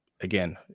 again